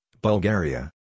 Bulgaria